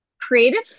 creative